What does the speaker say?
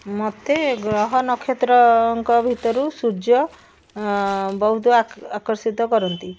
ମୋତେ ଗ୍ରହ ନକ୍ଷତ୍ରଙ୍କ ଭିତରୁ ସୂର୍ଯ୍ୟ ବହୁତ ଆକର୍ଷିତ କରନ୍ତି